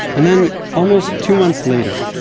and then, almost two months later,